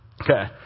Okay